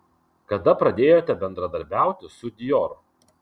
kada pradėjote bendradarbiauti su dior